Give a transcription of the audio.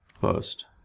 First